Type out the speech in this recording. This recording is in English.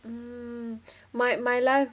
hmm my my life